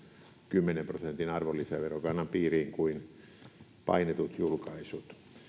kymmenen prosentin arvonlisäverokannan piiriin kuin painetut julkaisut